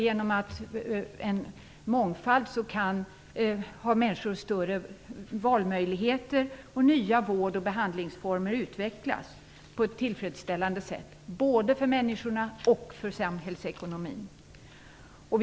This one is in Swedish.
Genom mångfald anser vi att människor har större valmöjligheter, och nya vård och behandlingsformer utvecklas på ett tillfredsställande sätt både för människorna och för samhällsekonomin.